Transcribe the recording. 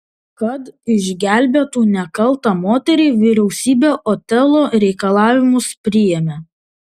kad išgelbėtų nekaltą moterį vyriausybė otelo reikalavimus priėmė